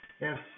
Yes